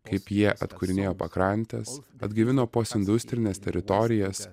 kaip jie atkūrinėjo pakrantes atgaivino postindustrines teritorijas